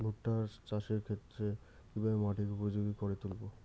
ভুট্টা চাষের ক্ষেত্রে কিভাবে মাটিকে উপযোগী করে তুলবো?